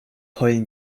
heulen